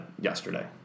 yesterday